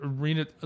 arena